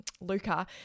Luca